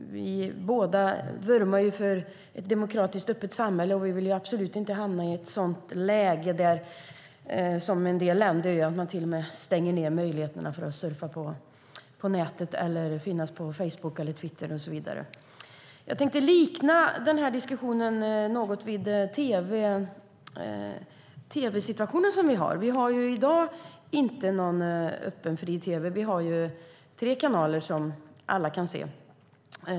Vi vurmar båda för ett demokratiskt och öppet samhälle och vill inte hamna i ett sådant läge som vissa länder befinner sig i, där man till och med stänger ned möjligheten att surfa på nätet eller att finnas på Facebook, Twitter och så vidare. Jag tänkte likna den här situationen något vid situationen för tv. Vi har i dag inte någon öppen och fri tv. Vi har tre kanaler som alla kan se.